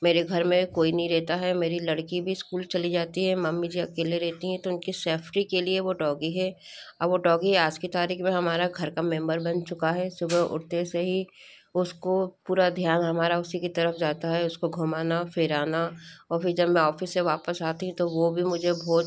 मेरे घर में कोई नहीं रहता है मेरी लड़की भी स्कूल चली जाती है मम्मी जी अकेले रहती है तो उनकी सेफ्टी के लिए वो डॉगी है और डॉगी आज की तारीख में हमारा घर का मेंबर बन चुका है सुबह उठने से ही उसको पूरा ध्यान हमारा उसी की तरफ जाता है उसको घूमना फिरना और फिर जब में ऑफिस से वापस आती है तो वो भी मुझे बहुत